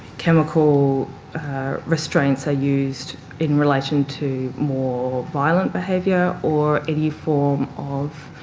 chemical restraints are used in relation to more violent behaviour or any form of